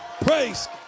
Praise